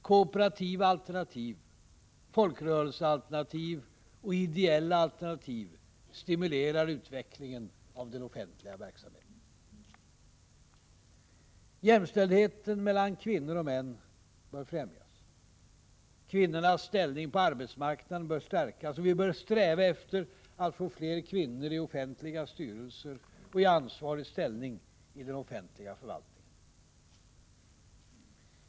Kooperativa alternativ, folkrörelsealternativ och ideella alternativ stimulerar utvecklingen av den offentliga verksamheten. Jämställdheten mellan kvinnor och män bör främjas. Kvinnornas ställning på arbetsmarknaden bör stärkas. Vi bör sträva efter att få fler kvinnor i offentliga styrelser och i ansvarig ställning i den offentliga förvaltningen.